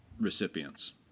recipients